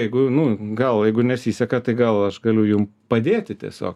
jeigu nu gal jeigu nesiseka tai gal aš galiu jum padėti tiesiog